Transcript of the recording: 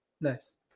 Nice